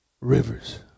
rivers